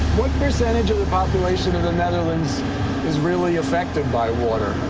what percentage of the population of the netherlands is really affected by water?